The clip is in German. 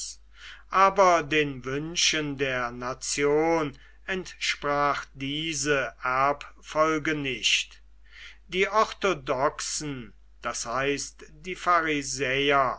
aber den wünschen der nation entsprach diese erbfolge nicht die orthodoxen das heißt die